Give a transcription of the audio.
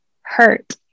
hurt